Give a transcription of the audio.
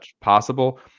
Possible